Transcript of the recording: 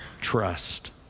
trust